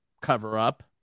cover-up